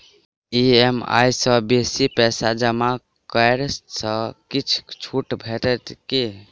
EMI सँ बेसी पैसा जमा करै सँ किछ छुट भेटत की?